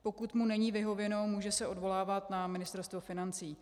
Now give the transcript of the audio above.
Pokud mu není vyhověno, může se odvolávat na Ministerstvo financí.